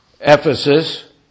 Ephesus